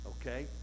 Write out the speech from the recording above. okay